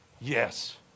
yes